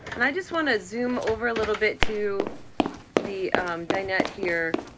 and i just wanna zoom over a little bit to the dinette here,